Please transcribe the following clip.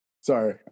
Sorry